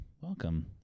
Welcome